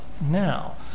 now